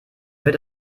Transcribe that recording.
wird